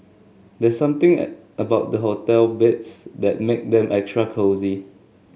there's something at about the hotel beds that make them extra cosy